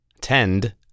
Tend